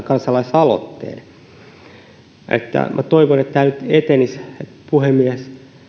kansalaisaloitteen minä toivon kun puhemies